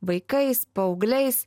vaikais paaugliais